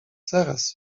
zaraz